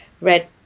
red